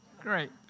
Great